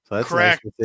correct